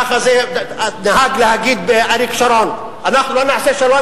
כך נהג להגיד אריק שרון: אנחנו לא נעשה שלום,